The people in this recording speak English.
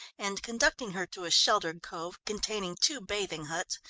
and conducting her to a sheltered cove, containing two bathing huts,